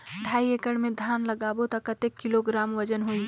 ढाई एकड़ मे धान लगाबो त कतेक किलोग्राम वजन होही?